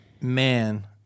Man